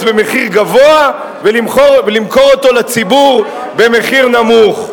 במחיר גבוה ולמכור אותו לציבור במחיר נמוך?